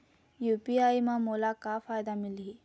UPI म मोला का फायदा मिलही?